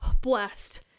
Blessed